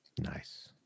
Nice